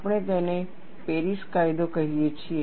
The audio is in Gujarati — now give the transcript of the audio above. આપણે તેને પેરિસ કાયદો કહીએ છીએ